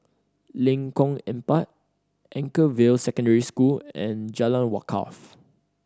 Lengkong Empat Anchorvale Secondary School and Jalan Wakaff